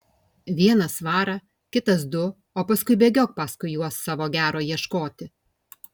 vienas svarą kitas du o paskui bėgiok paskui juos savo gero ieškoti